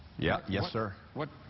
yeah yes, sir? what.